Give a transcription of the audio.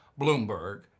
Bloomberg